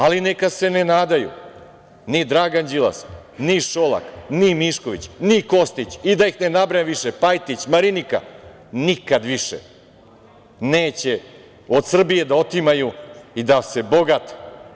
Ali, neka se ne nadaju ni Dragan Đilas, ni Šolak, ni Mišković, ni Kostić, Pajtić, Marinika, da ih ne nabrajam više, nikad više neće od Srbije da otimaju i da se bogate.